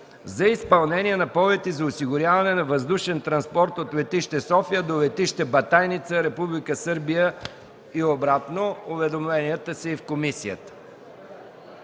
за изпълнение на полети за осигуряване на въздушен транспорт от летище София до летище Батайница, Република Сърбия, и обратно. Уведомленията са и в комисията.